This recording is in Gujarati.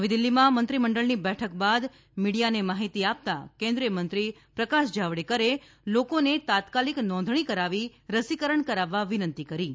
નવી દિલ્હીમાં મંત્રીમંડળની બેઠક બાદ મીડિયાને માહિતી આપતાં કેન્દ્રીય મંત્રી પ્રકાશ જાવડેકરે લોકોને તાત્કાલિક નોંધણી કરાવી રસીકરણ કરાવવા વિનંતી કરી હતી